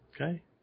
Okay